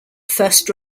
first